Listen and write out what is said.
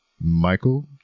Michael